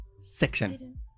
section